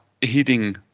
heating